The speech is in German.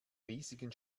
riesigen